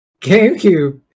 GameCube